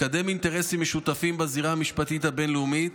לקדם אינטרסים משותפים בזירה המשפטית הבין-לאומית,